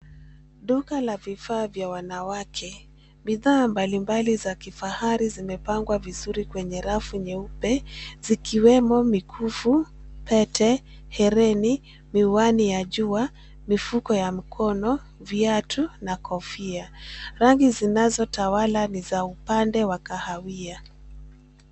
Duka la vifaa vya wanawake. Bidhaa mbali mbali za kifahari zimepangwa vizuri kwenye rafu nyeupe zikiwemo: mikufu, pete, herini, miwani ya jua, mifuko ya mkono, viatu na kofia. Rangi zinazotawala ni za upande wa kahawia.